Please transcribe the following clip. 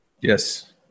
Yes